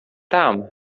tam